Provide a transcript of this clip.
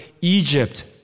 Egypt